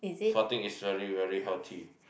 farting is very very healthy